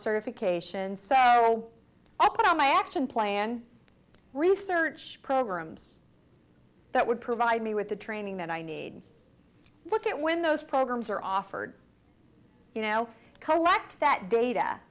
certifications so i put on my action plan research programs that would provide me with the training that i need look at when those programs are offered you know collect that data